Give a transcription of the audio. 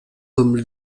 comme